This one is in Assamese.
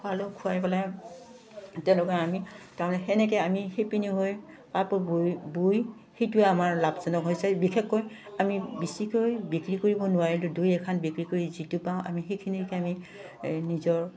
খুৱালোঁ খোৱাই পেলাই তেওঁলোকে আমি তাৰমানে তেনেকৈ আমি শিপিনী হৈ কাপোৰ বৈ বৈ সেইটোৱে আমাৰ লাভজনক হৈছে বিশেষকৈ আমি বেছিকৈ বিক্ৰী কৰিব নোৱাৰিলেও দুই এখন বিক্ৰী কৰি যিটো পাওঁ আমি সেইখিনিকে আমি নিজৰ